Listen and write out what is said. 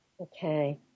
Okay